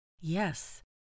Yes